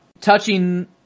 touching